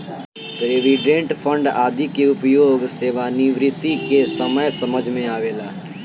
provident fund आदि के उपयोग सेवानिवृत्ति के समय समझ में आवेला